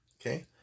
Okay